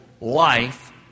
life